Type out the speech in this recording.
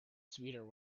sweeter